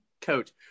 coach